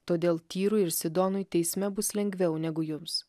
todėl tyrui ir sidonui teisme bus lengviau negu jums